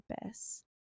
purpose